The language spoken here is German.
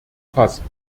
fassen